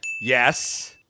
Yes